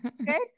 Okay